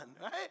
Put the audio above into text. right